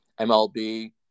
MLB